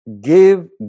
give